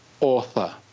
Author